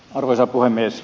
arvoisa puhemies